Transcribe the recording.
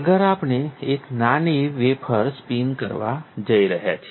આગળ આપણે એક નાની વેફર સ્પિન કરવા જઈ રહ્યા છીએ